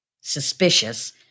suspicious